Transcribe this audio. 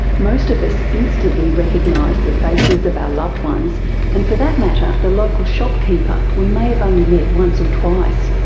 most of us instantly recognise the faces of our loved ones and, for that matter, the local shopkeeper we may have only met once or twice.